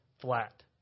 flat